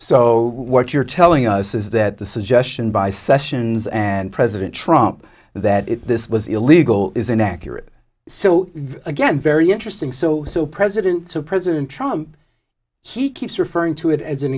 so what you're telling us is that the suggestion by sessions and president trump that it this was illegal is inaccurate so again very interesting so so presidents of president trump he keeps referring to it as an